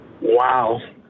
Wow